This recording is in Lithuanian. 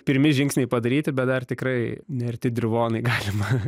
pirmi žingsniai padaryti bet dar tikrai nearti dirvonai galima